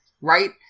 Right